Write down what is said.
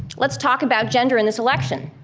let's talk about gender in this election.